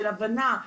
של הבנה,